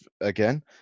again